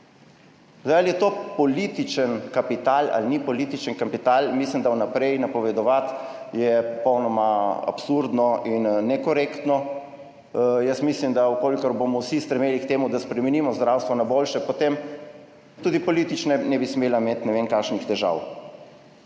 Zdaj, ali je to političen kapital ali ni političen kapital, mislim, da vnaprej napovedovati je popolnoma absurdno in nekorektno. Jaz mislim, da v kolikor bomo vsi stremeli k temu, da spremenimo zdravstvo na boljše, potem tudi politične ne bi smela imeti ne vem kakšnih težav.